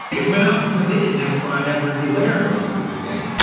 it went up because they didn't have clyde edwards player for most of the game.